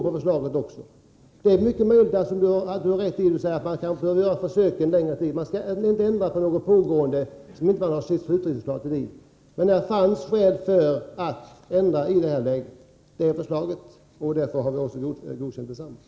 Det är mycket möjligt att det är riktigt att försöken borde fortgå under en längre tid och att man inte skall ändra på något förrän man sett hur resultatet har blivit, men det fanns skäl att ändra i det här läget. Vi har därför godkänt förslaget på den här punkten.